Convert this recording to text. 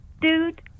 dude